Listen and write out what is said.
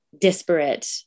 disparate